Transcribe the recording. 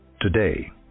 Today